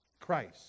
Christ